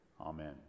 Amen